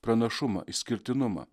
pranašumą išskirtinumą